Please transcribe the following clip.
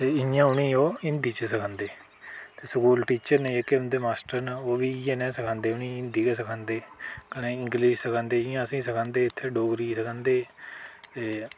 ते इयां उ'नेंगी ओह् हिंदी च सखांदे ते स्कूल टीचर न जेह्के उं'दे मास्टर न ओह् बी इ'यै नेहा सखांदे उ'नेंगी हिंदी गै सखांदे कन्नै इंग्लिश सखांदे जि'यां असेंगी सखांदे इत्थें डोगरी सखांदे ते